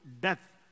death